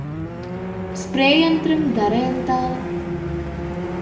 Spray యంత్రం ధర ఏంతా?